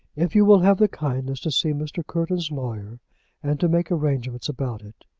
if you will have the kindness to see mr. courton's lawyer and to make arrangements about it.